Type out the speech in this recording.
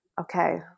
okay